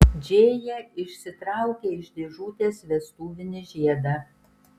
džėja išsitraukė iš dėžutės vestuvinį žiedą